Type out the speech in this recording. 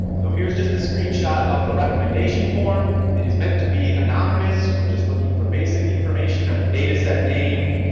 so here's just a screenshot of the recommendation form. it is meant to be anonymous. we're just looking for basic information of the dataset name,